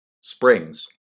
springs